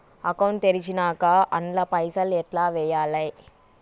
Account తెరిచినాక అండ్ల పైసల్ ఎట్ల వేయాలే?